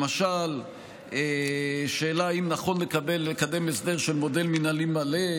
למשל השאלה אם נכון לקדם הסדר של מודל מינהל מלא,